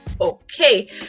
okay